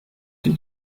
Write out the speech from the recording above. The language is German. die